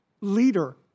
leader